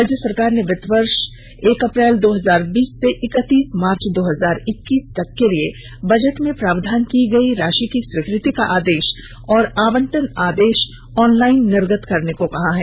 राज्य सरकार ने वित्त वर्ष एक अप्रैल दो हजार बीस से इकतीस मार्च दो हजार इक्कीस तक के लिए बजट में प्रावधान की गयी राशि की स्वीकृति का आदेश और आवंटन आदेश ऑनलाइन निर्गत करने को कहा है